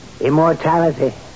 immortality